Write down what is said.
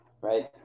Right